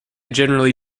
generally